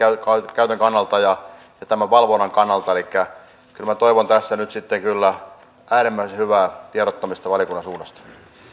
käytön ja tämän valvonnan kannalta elikkä kyllä minä toivon tässä nyt sitten äärimmäisen hyvää tiedottamista valiokunnan suunnasta